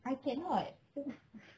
I cannot